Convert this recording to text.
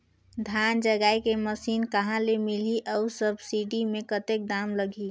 धान जगाय के मशीन कहा ले मिलही अउ सब्सिडी मे कतेक दाम लगही?